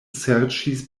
serĉis